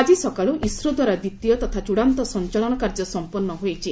ଆଜି ସକାଳୁ ଇସ୍ରୋଦ୍ୱାରା ଦ୍ୱିତୀୟ ତଥା ଚୂଡ଼ାନ୍ତ ସଞ୍ଚାଳନ କାର୍ଯ୍ୟ ସମ୍ପନ୍ନ ହୋଇଛି